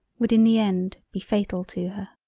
would in the end be fatal to her.